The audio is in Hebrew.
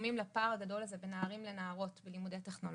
שגורמים לפער הגדול הזה בין נערים לנערות בלימודי הטכנולוגיה.